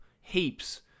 heaps